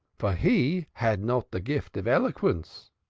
for he had not de gift of eloquence.